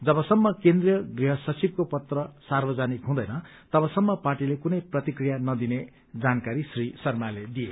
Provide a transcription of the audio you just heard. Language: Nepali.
जबसम्म केन्द्रीय गृह सचिवको पत्र सार्वजनिक हुँदैन तबसम्म पार्टीले कुनै प्रतिक्रिया नदिने जानकारी श्री शर्माले दिए